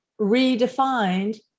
redefined